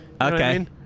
Okay